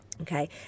okay